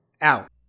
out